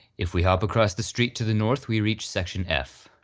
if we hop across the street to the north we reach section f.